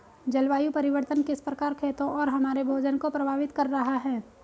जलवायु परिवर्तन किस प्रकार खेतों और हमारे भोजन को प्रभावित कर रहा है?